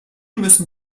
müssen